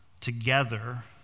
together